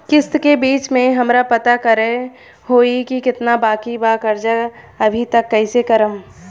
किश्त के बीच मे हमरा पता करे होई की केतना बाकी बा कर्जा अभी त कइसे करम?